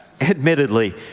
Admittedly